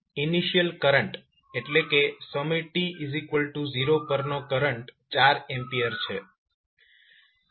initial current એટલે કે સમય t0 પરનો કરંટ 4A છે